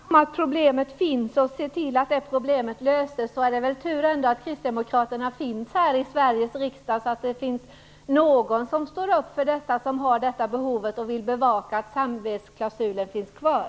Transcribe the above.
Fru talman! Om vi kristdemokrater är ensamma om att anse att problemet finns och om att se till att problemet löses är det väl ändå tur att vi finns representerade här i Sveriges riksdag. Därmed finns det någon som står upp för det här behovet och som vill bevaka att samvetsklausulen finns kvar.